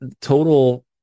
total